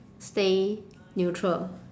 stay neutral